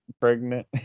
pregnant